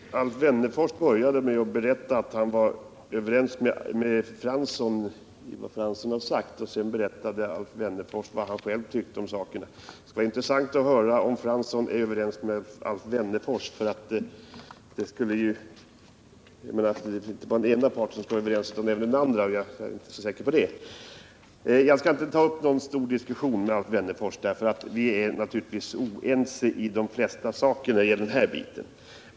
Herr talman! Alf Wennerfors började med att säga att han var överens med Arne Fransson i det som denne sagt. Sedan sade Alf Wennerfors vad han tyckte. Det skulle vara intressant att höra om Arne Fransson är överens med Alf Wennerfors. Det är ju inte bara den ena parten som skall var överens utan även den andra, och här är jag inte så säker på att båda är det. Jag skall inte ta upp någon stor diskussion med Alf Wennerfors. Vi är naturligtvis oense i det mesta vad beträffar den här biten.